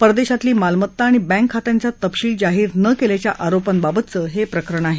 परदेशातली मालमत्ता आणि बँक खात्यांचा तपशील जाहीर न केल्याच्या आरोपाबाबतचं हे प्रकरण आहे